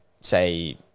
say